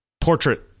portrait